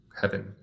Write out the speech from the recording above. heaven